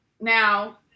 Now